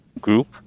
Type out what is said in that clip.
group